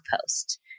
post